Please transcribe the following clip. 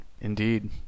Indeed